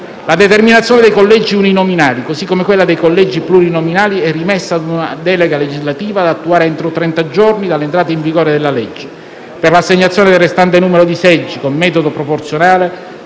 La determinazione dei collegi uninominali, così come quella dei collegi plurinominali, è rimessa a una delega legislativa da attuare entro 30 giorni dall'entrata in vigore della legge. Per l'assegnazione del restante numero di seggi, con metodo proporzionale,